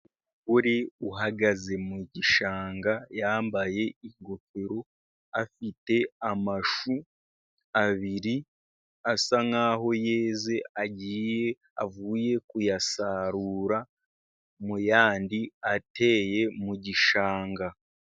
Uri uhagaze mu gishanga yambaye ingofero, afite amashu abiri asa nkaho yeze, agiye avuye kuyasarura mu yandi ateye mu gishanga.